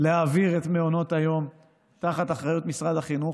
להעביר את מעונות היום לאחריות משרד החינוך,